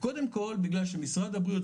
קודם כל בגלל שמשרד הבריאות,